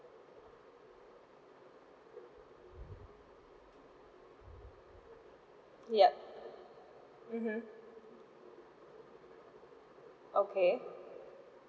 yup mmhmm okay